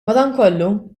madanakollu